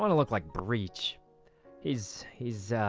and look like breach his his